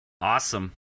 Awesome